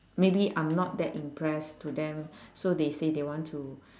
maybe I'm not that impress to them so they say they want to